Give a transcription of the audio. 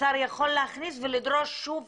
השר יכול להכניס ולדרוש שוב